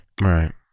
Right